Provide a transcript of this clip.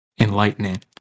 enlightening